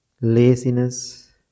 laziness